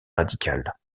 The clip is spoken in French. radicale